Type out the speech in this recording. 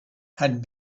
had